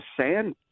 sand